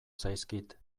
zaizkit